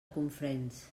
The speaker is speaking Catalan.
cofrents